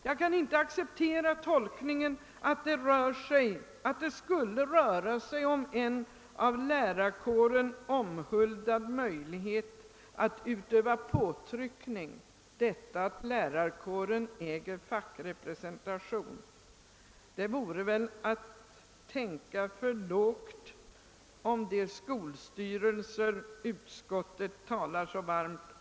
Jag kan inte acceptera den tolkningen att det skulle röra sig om en av lärarkåren omhuldad möjlighet att utöva påtryckning när lärarkåren önskar en fackrepresentation. Det vore väl också att tänka för lågt om de skolstyrelser som utskottet talar så varmt för.